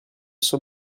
suo